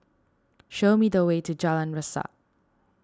show me the way to Jalan Resak